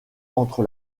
entre